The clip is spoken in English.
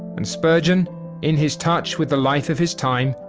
and spurgeon in his touch with the life of his time,